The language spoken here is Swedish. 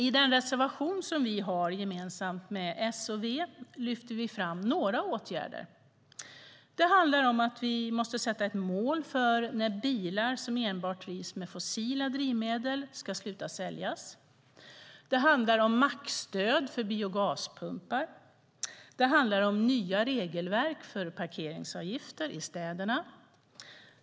I den reservation som vi har gemensamt med S och V lyfter vi fram några åtgärder. Det handlar om att vi måste sätta ett mål för när bilar som enbart drivs med fossila drivmedel ska sluta säljas. Det handlar om mackstöd för biogaspumpar. Det handlar om nya regelverk för parkeringsavgifter i städerna.